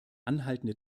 anhaltende